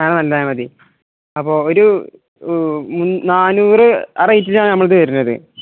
ആ നല്ലത് മതി അപ്പോള് ഒരു നാനൂറ് ആ റേറ്റിനാണ് നമ്മുടെയടുത്ത് വരുന്നത്